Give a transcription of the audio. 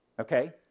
okay